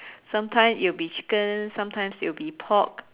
sometime it will be chicken sometimes it will be pork